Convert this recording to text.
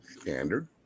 Standard